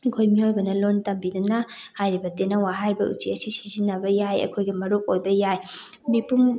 ꯑꯩꯈꯣꯏ ꯃꯤꯑꯣꯏꯕꯅ ꯂꯣꯟ ꯇꯝꯕꯤꯗꯨꯅ ꯍꯥꯏꯔꯤꯕ ꯇꯦꯅꯋꯥ ꯍꯥꯏꯔꯤꯕ ꯎꯆꯦꯛ ꯑꯁꯤ ꯁꯤꯖꯤꯟꯅꯕ ꯌꯥꯏ ꯑꯩꯈꯣꯏꯒꯤ ꯃꯔꯨꯞ ꯑꯣꯏꯕ ꯌꯥꯏ ꯃꯤꯄꯨꯝ